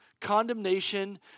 condemnation